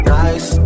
nice